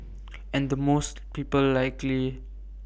and the most people likely